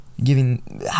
giving